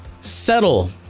Settle